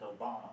Obama